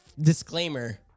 disclaimer